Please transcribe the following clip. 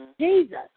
Jesus